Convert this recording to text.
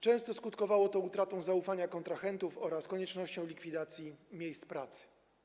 Często skutkowało to utratą zaufania kontrahentów oraz koniecznością likwidacji miejsc pracy.